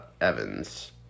Evans